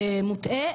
מוטעה.